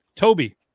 Toby